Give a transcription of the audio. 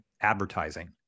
advertising